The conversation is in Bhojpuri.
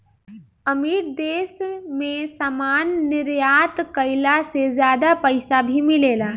अमीर देश मे सामान निर्यात कईला से ज्यादा पईसा भी मिलेला